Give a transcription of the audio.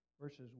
verses